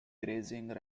grazing